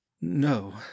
no